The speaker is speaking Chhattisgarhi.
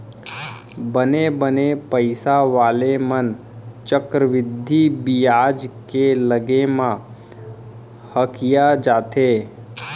बने बने पइसा वाले मन चक्रबृद्धि बियाज के लगे म हकिया जाथें